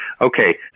Okay